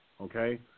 okay